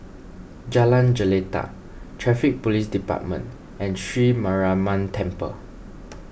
Jalan Jelita Traffic Police Department and Sri Mariamman Temple